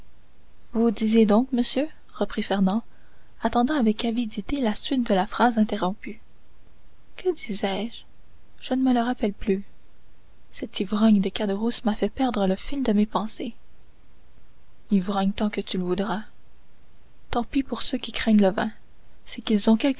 vous disiez donc monsieur reprit fernand attendant avec avidité la suite de la phrase interrompue que disais-je je ne me le rappelle plus cet ivrogne de caderousse m'a fait perdre le fil de mes pensées ivrogne tant que tu le voudras tant pis pour ceux qui craignent le vin c'est qu'ils ont